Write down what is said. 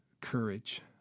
courage